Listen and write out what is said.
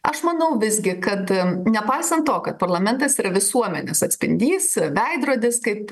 aš manau visgi kad nepaisan to kad parlamentas yra visuomenės atspindys veidrodis kaip